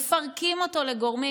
מפרקים אותו לגורמים,